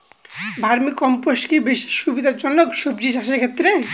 Vermi compost কি বেশী সুবিধা জনক সবজি চাষের ক্ষেত্রে?